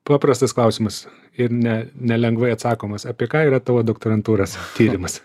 paprastas klausimas ir ne nelengvai atsakomas apie ką yra tavo doktorantūros tyrimas